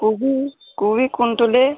କୋବି କୋବି କୁଇଣ୍ଟାଲ୍